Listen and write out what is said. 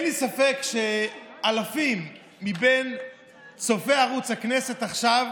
אין לי ספק שאלפים מבין צופי ערוץ הכנסת עכשיו